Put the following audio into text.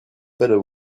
better